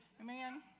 amen